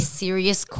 serious